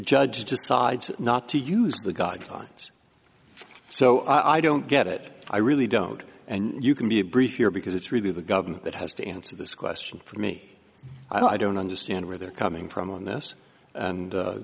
judge decides not to use the guidelines so i don't get it i really don't and you can be brief here because it's really the government that has to answer this question for me i don't understand where they're coming from on this and